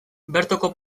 bertoko